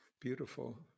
Beautiful